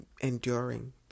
enduring